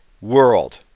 world